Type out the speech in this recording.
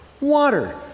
Water